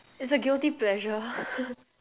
it's a guilty pleasure